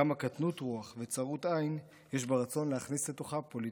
כמה קטנות רוח וצרות עין יש ברצון להכניס לתוכה פוליטיקה.